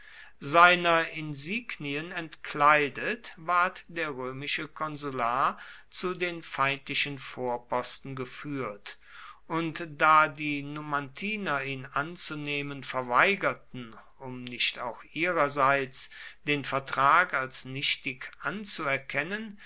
seiner insignien entkleidet ward der römische konsular zu den feindlichen vorposten geführt und da die numantiner ihn anzunehmen verweigerten um nicht auch ihrerseits den vertrag als nichtig anzuerkennen